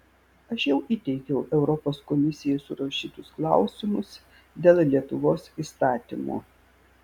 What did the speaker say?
aš jau įteikiau europos komisijai surašytus klausimus dėl lietuvos įstatymo